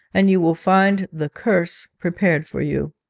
and you will find the curse prepared for you.